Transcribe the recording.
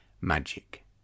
magic